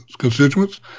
constituents